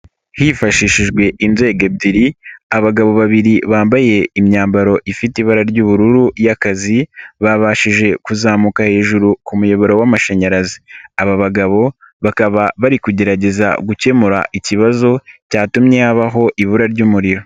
Hifashishijwe inzego ebyiri abagabo babiri bambaye imyambaro ifite ibara ry'ubururu y'akazi babashije kuzamuka hejuru ku muyoboro w'amashanyarazi aba bagabo bakaba bari kugerageza gukemura ikibazo cyatumye habaho ibura ry'umuriro.